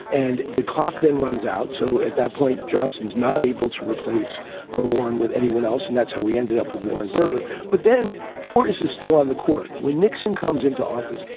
and the clock then runs out. so at that point, johnson is not able to replace earl warren with anyone else. and that's how we ended up with warren burger. but then fortas is still on the court when nixon comes into office.